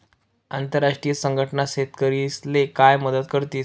आंतरराष्ट्रीय संघटना शेतकरीस्ले काय मदत करतीस?